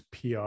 PR